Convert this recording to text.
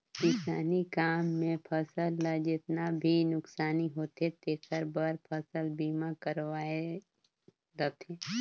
किसानी काम मे फसल ल जेतना भी नुकसानी होथे तेखर बर फसल बीमा करवाये रथें